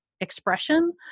expression